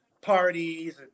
parties